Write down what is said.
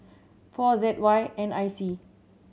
four Z Y N I C